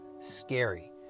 scary